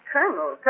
Colonel